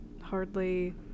hardly